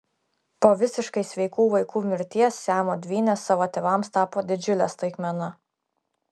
po visiškai sveikų vaikų mirties siamo dvynės savo tėvams tapo didžiule staigmena